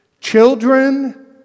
Children